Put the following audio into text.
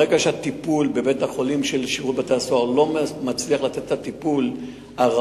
ברגע שבית-החולים של שירות בתי-הסוהר לא מצליח לתת את הטיפול הראוי,